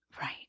Right